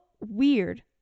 weird